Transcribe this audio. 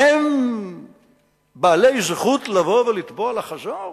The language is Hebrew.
הם בעלי זכות לבוא ולתבוע לחזור?